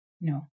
no